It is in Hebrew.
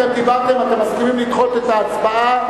אתם דיברתם, אתם מסכימים לדחות את ההצבעה?